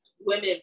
women